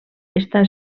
està